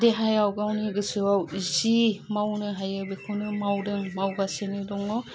देहायाव गावनि गोसोआव जि मावनो हायो बेखौनो मावदों मावगासिनो दङ